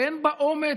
שאין בה אומץ,